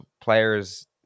players